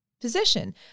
position